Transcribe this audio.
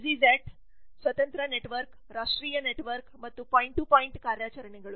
East ಜೆಟ್ನ ಸ್ವತಂತ್ರ network ರಾಷ್ಟ್ರೀಯ ನೆಟ್ವರ್ಕ್ ಮತ್ತು ಪಾಯಿಂಟ್ ಟು ಪಾಯಿಂಟ್ ಕಾರ್ಯಾಚರಣೆಗಳು